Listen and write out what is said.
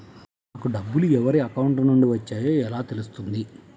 నాకు డబ్బులు ఎవరి అకౌంట్ నుండి వచ్చాయో ఎలా తెలుస్తుంది?